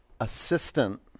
assistant